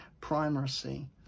primacy